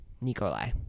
Nikolai